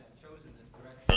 chosen this